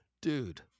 dude